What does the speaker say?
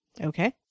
Okay